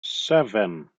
seven